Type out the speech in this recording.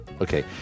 Okay